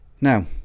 Now